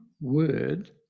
word